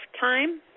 time